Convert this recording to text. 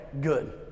good